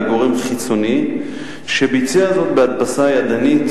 בצורה בטיחותית,